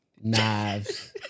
Knives